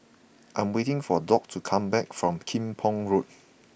I'm waiting for Dock to come back from Kim Pong Road